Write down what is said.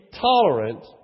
tolerant